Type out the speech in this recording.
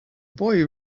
boy